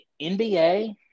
NBA